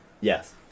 Yes